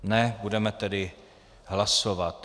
Ne, budeme tedy hlasovat.